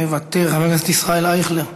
מוותר, חבר הכנסת ישראל אייכלר,